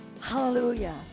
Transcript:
Hallelujah